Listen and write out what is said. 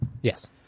Yes